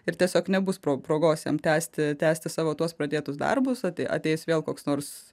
ir tiesiog nebus progos jam tęsti tęsti savo tuos pradėtus darbus o ateis vėl koks nors